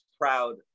proud